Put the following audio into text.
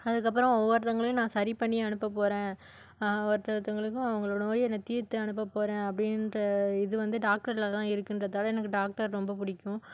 அதுக்கப்புறம் ஒவ்வொருத்தங்களையும் நான் சரி பண்ணி அனுப்பப் போகிறேன் ஒருத்த ஒருத்தவர்களுக்கும் அவங்களோட நோயை நான் தீர்த்து அனுப்ப போகிறேன் அப்படின்ற இது வந்து டாக்டர்க்கிட்டேதான் இருக்குகிறதால எனக்கு டாக்டர் ரொம்ப பிடிக்கும்